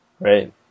right